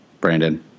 Brandon